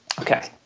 Okay